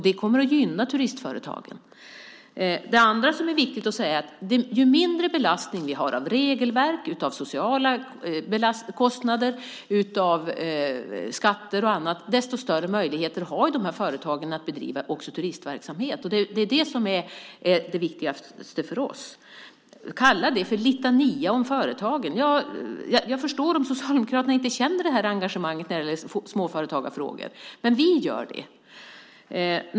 Det kommer att gynna turistföretagen. Det andra som är viktigt att säga är att ju mindre belastning vi har av regelverk, av sociala kostnader, av skatter och annat, desto större möjligheter har de här företagen att bedriva också turistverksamhet. Det är det som är det viktigaste för oss. Kalla det för litania om vad som görs för företagen. Jag förstår om Socialdemokraterna inte känner engagemanget för småföretagarfrågor, men vi gör det.